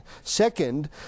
Second